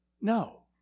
No